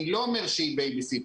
אני לא אומר שהיא בייביסיטר.